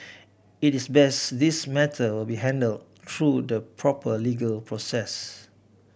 it is best this matter will be handled through the proper legal process